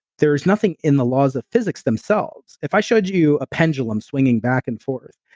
there's nothing in the laws of physics themselves. if i showed you a pendulum swinging back and forth,